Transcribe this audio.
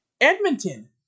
Edmonton